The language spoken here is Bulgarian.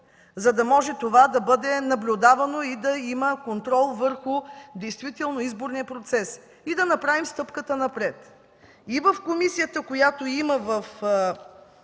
за да може това да бъде наблюдавано и да има контрол върху изборния процес. И да направим стъпката напред. И в комисията, в която участвам,